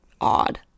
odd